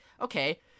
okay